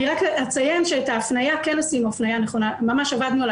רק אציין שאת ההפניה כן עשינו ממש עבדנו על